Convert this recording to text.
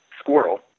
squirrel